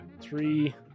Three